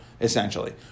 essentially